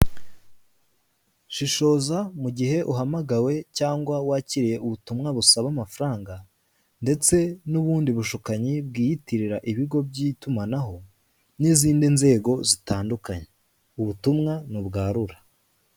shishoza mu gihe uhamagawe cyangwa wakiriye ubutumwa busaba amafaranga, ndetse n'ubundi bushukanyi bwiyitirira ibigo by'itumanaho, n'izindi nzego zitandukanye. Ubutumwa ni ubwaru Rura.